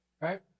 Right